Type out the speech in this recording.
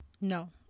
No